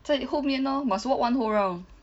在你后面 lor must walk one whole round